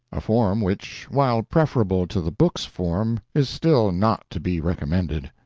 a form which, while preferable to the book's form, is still not to be recommended.